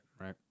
right